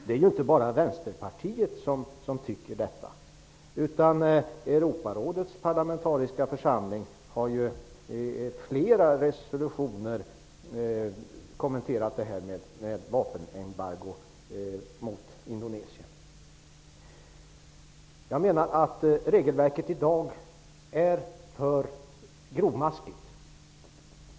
Det är inte bara Vänsterpartiet som tycker detta, utan Europarådets parlamentariska församling har i flera resolutioner kommenterat frågan om vapenembargo mot Indonesien. Jag menar att regelverket i dag är för grovmaskigt.